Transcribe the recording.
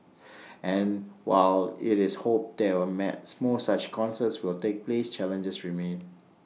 and while IT is hoped that were made more such concerts will take place challenges remain